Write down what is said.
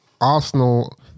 Arsenal